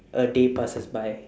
a day passes by